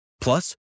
Plus